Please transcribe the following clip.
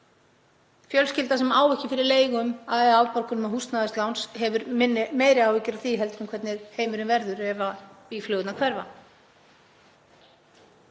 Fjölskylda sem á ekki fyrir leigu eða afborgunum af húsnæðislánum hefur meiri áhyggjur af því heldur en hvernig heimurinn verður ef býflugurnar hverfa.